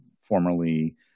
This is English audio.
formerly